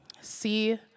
See